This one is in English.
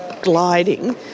gliding